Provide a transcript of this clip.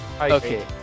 Okay